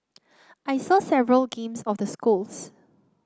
I saw several games of the schools